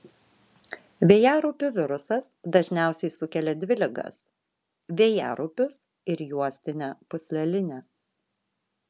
vėjaraupių virusas dažniausiai sukelia dvi ligas vėjaraupius ir juostinę pūslelinę